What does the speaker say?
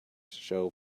show